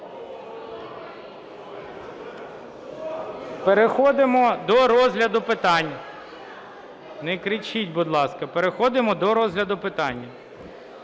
Переходимо до розгляду питань. Не кричіть, будь ласка. Переходимо до розгляду питання.